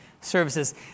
services